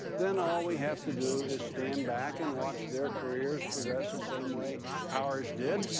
then all we have to do is stand back and watch their careers progress the same way ours did.